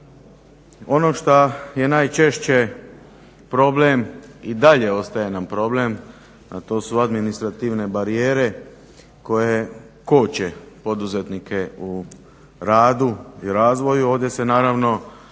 Ono što je najčešće problem i dalje ostaje nam problem, a to su administrativne barijere koje koče poduzetnike u radu i razvoju.